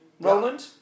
Roland